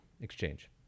exchange